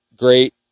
great